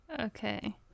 okay